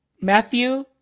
matthew